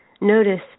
Notice